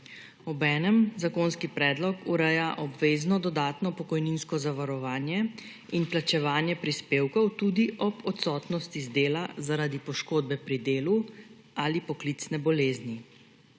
Obenem zakonski predlog ureja obvezno dodatno pokojninsko zavarovanje in plačevanje prispevkov tudi ob odsotnosti z dela zaradi poškodbe pri delu ali poklicne bolezni.